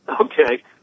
Okay